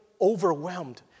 overwhelmed